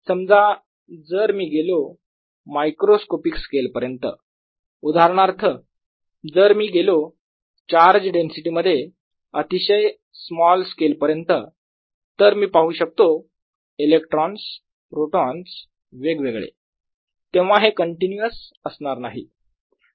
समजा जर मी गेलो मायक्रोस्कॉपिक स्केल पर्यंत उदाहरणार्थ जर मी गेलो चार्ज डेन्सिटी मध्ये अतिशय स्मॉल स्केल पर्यंत तर मी पाहू शकतो इलेक्ट्रॉन्स प्रोटॉन्स वेगवेगळे तेव्हा हे कंटीन्यूअस असणार नाही